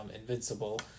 Invincible